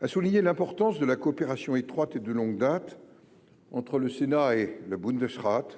à souligner l'importance de la coopération étroites et de longue date entre le Sénat et le Bundesrat